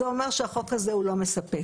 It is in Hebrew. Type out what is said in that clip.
אלא שהחוק הזה לא מספק.